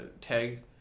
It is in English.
tag